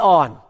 on